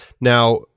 now